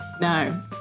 no